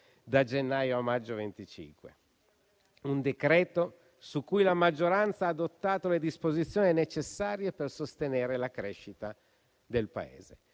da gennaio a maggio 2025. È un decreto-legge su cui la maggioranza ha adottato le disposizioni necessarie per sostenere la crescita del Paese.